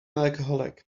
alcoholic